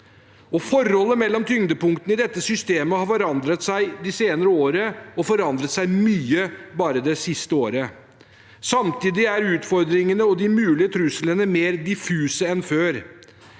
forholdet mellom tyngdepunktene i dette systemet har forandret seg de senere årene og forandret seg mye bare det siste året. Samtidig er utfordringene og de mulige truslene mer diffuse enn før.